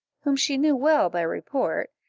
whom she knew well by report,